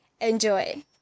enjoy